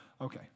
Okay